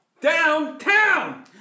Downtown